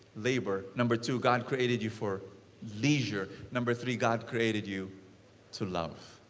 labor. number two, god created you for leisure. number three, god created you to love.